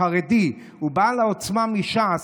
החרדי ובעל העוצמה מש"ס,